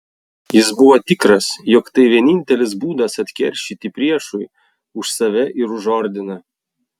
jis buvo tikras jog tai vienintelis būdas atkeršyti priešui už save ir už ordiną